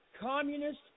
communist